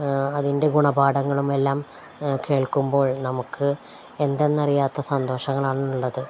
അതിൻ്റെ ഗുണപാഠങ്ങളുമെല്ലാം കേൾക്കുമ്പോൾ നമുക്ക് എന്തെന്നറിയാത്ത സന്തോഷങ്ങളാണ് ഉള്ളത്